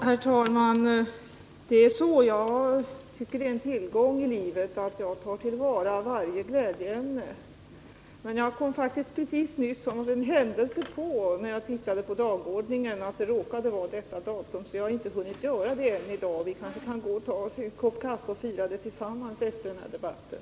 Herr talman! Jag tycker att det är en tillgång i livet att kunna ta vara på varje glädjeämne. När jag för en stund sedan såg på dagordningen märkte jag händelsevis att det råkade vara detta datum. Men jag har inte hunnit fira det än. Vi kan kanske gå och ta oss en kopp kaffe och fira det tillsammans efter den här debatten.